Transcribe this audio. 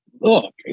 Look